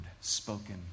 spoken